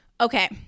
Okay